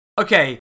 okay